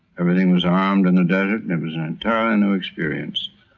everything was armed in the desert and it was an entirely new experience.